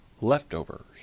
leftovers